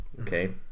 okay